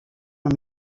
him